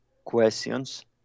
questions